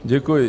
Děkuji.